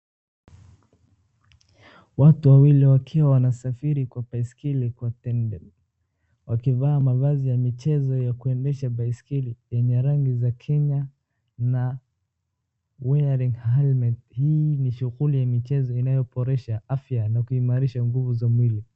Watu wawili wakiwa wanasafiri kwa baiskeli kwa tendence , wakivaa mavazi ya michezo ya kuendesha baiskeli ya rangi za Kenya na wearing helmet hii ni shughuli inayoboresha nguvu za mwili.